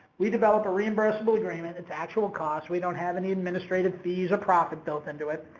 we develop a reimbursable agreement, it's actual cost we don't have any administrative fees or profit built into it.